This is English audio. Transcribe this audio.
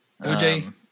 OJ